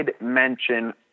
mention